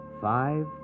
five